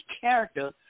character